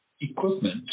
equipment